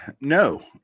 No